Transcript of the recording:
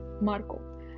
Marco